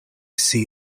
see